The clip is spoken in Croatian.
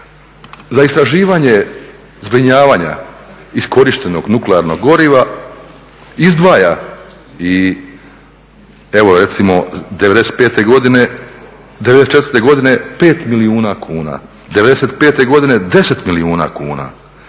za istraživanje zbrinjavanja iskorištenog nuklearnog goriva izdvaja i evo recimo '95. godine, '94. godine 5 milijuna kuna, '95. godine 10 milijuna kuna,